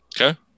Okay